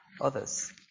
others